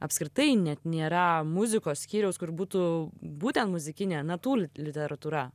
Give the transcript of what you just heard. apskritai net nėra muzikos skyriaus kur būtų būtent muzikinė natų literatūra